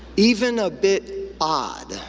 even a bit odd.